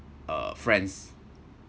uh friends